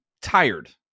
tired